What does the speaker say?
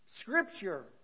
Scripture